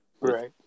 Right